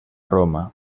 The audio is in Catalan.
roma